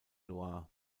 loire